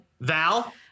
Val